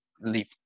leave